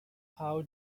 how